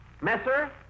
Messer